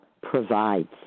provides